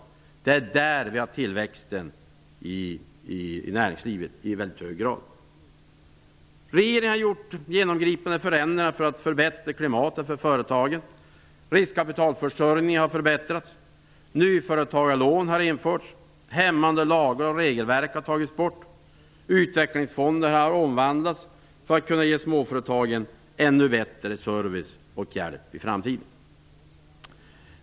Det är där tillväxten i näringslivet i hög grad ligger. Regeringen har gjort genomgripande förändringar för att förbättra klimatet för företagen. Riskkapitalförsörjningen har förbättrats. Nyföretagarlån har införts. Hämmande lagar och regelverk har tagits bort. Utvecklingsfonderna har omvandlats för att kunna ge småföretagen ännu bättre service och hjälp i framtiden.